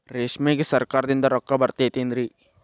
ರೇಷ್ಮೆಗೆ ಸರಕಾರದಿಂದ ರೊಕ್ಕ ಬರತೈತೇನ್ರಿ?